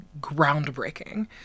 groundbreaking